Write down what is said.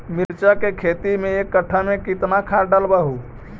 मिरचा के खेती मे एक कटा मे कितना खाद ढालबय हू?